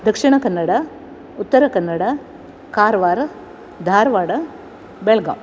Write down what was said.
Dakshina Kannada Uttara Kannada Karwar Dharwad Belgaum